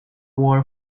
war